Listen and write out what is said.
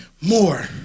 more